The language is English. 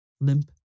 limp